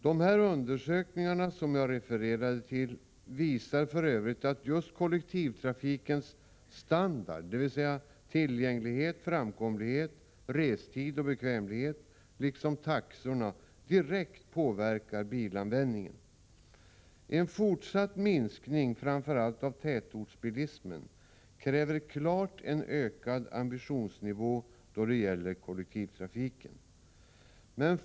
Den undersökning som jag här refererat till visar för övrigt att just kollektivtrafikens standard, dvs. tillgänglighet, framkomlighet, restid och bekvämlighet liksom taxorna direkt påverkar bilanvändningen. En fortsatt minskning av framför allt tätortsbilismen kräver klart en ökad ambitionsnivå då det gäller kollektivtrafiken.